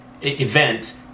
event